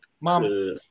mom